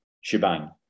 shebang